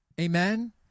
Amen